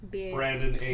Brandon